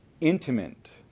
intimate